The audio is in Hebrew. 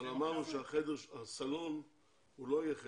אבל אמרנו שהסלון לא יהיה חדר.